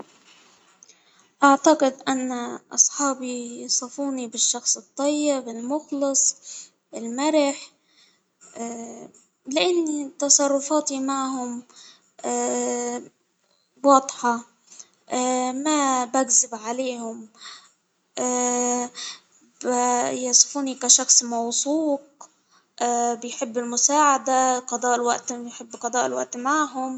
أعتقد أن اصحابي يصفوني بالشخص الطيب المخلص المرح ، لإن تصرفاتي معهم واضحة ما بكذب عليهم يصفوني بشخص موثوق بيحب المساعدة قضاء الوقت -وبيحب قضاء الوقت معهم.